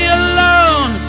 alone